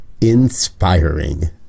inspiring